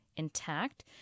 intact